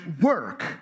work